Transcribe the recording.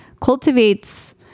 cultivates